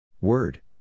Word